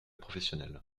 professionnels